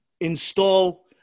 install